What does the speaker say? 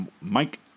Mike